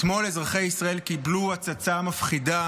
אתמול אזרחי ישראל קיבלו הצצה מפחידה